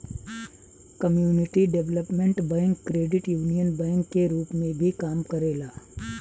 community development bank credit union bank के रूप में भी काम करेला